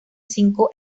cinco